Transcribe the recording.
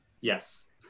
Yes